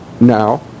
now